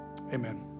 Amen